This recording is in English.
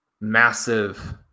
massive